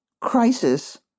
crisis